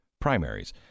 primaries